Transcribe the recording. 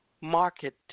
market